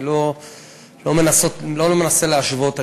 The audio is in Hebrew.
אני לא מנסה להשוות,